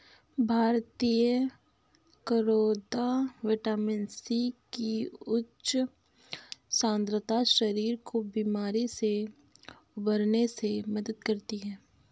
भारतीय करौदा vitamin C की उच्च सांद्रता शरीर को बीमारी से उबरने में मदद करती है